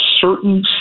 certain